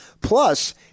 Plus